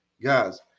Guys